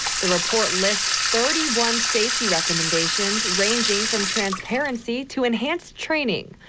the report lists thirty one safety recommendations ranging from transparency to enhanced training.